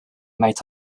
might